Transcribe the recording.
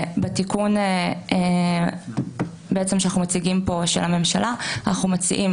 בתיקון של הממשלה שאנחנו מציגים פה אנחנו מציעים